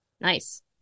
Nice